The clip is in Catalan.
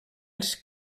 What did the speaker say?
els